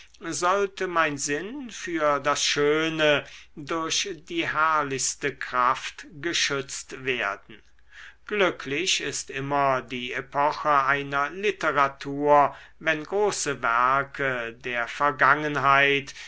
sollte mein sinn für das schöne durch die herrlichste kraft geschützt werden glücklich ist immer die epoche einer literatur wenn große werke der vergangenheit